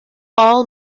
all